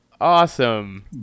Awesome